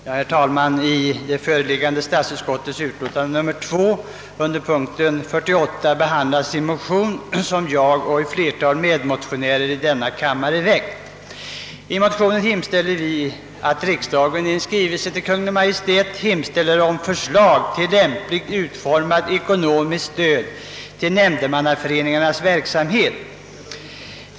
Herr talman! I statsutskottets föreliggande utlåtande nr 2 under p. 48 behandlas en motion som jag och ett flertal medmotionärer i denna kammare har väckt. I motionen hemställer vi att riksdagen i skrivelse till Kungl. Maj:t anhåller om förslag till lämpligt utformat ekonomiskt stöd till nämndemannaföreningarnas verksamhet.